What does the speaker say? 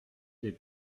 des